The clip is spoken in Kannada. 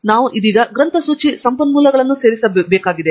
ನಾವು ಇದೀಗ ಗ್ರಂಥಸೂಚಿ ಸಂಪನ್ಮೂಲಗಳನ್ನು ಸೇರಿಸಬೇಕಾಗಿದೆ